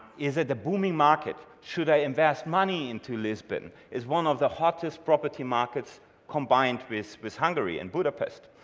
is it the booming market? should i invest money into lisbon is one of the hottest property markets combined with with hungary and budapest?